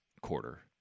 quarter